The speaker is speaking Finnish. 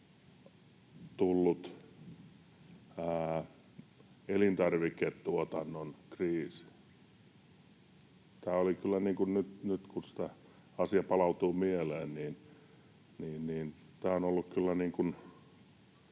tullut elintarviketuotannon kriisi. Nyt kun tämä asia palautuu mieleen, tämä on kyllä